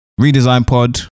RedesignPod